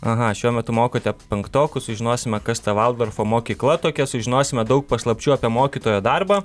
aha šiuo metu mokote penktokus sužinosime kas ta valdorfo mokykla tokia sužinosime daug paslapčių apie mokytojo darbą